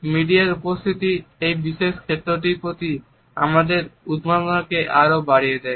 মিডিয়ার উপস্থিতি এই বিশেষ ক্ষেত্রটির প্রতি আমাদের উন্মাদনাকে আরও বাড়িয়ে তুলেছে